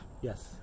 yes